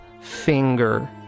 finger